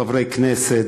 חברי כנסת,